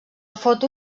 foto